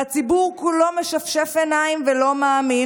והציבור כולו משפשף עיניים ולא מאמין.